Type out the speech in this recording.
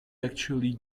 actually